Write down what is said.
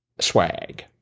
swag